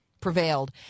prevailed